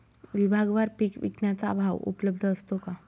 विभागवार पीक विकण्याचा भाव उपलब्ध असतो का?